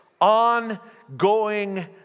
ongoing